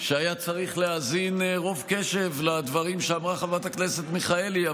שהיה צריך להאזין ברוב קשב לדברים שאמרה חברת הכנסת מיכאלי.